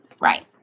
Right